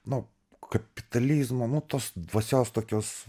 nu kapitalizmo nu tos dvasios tokios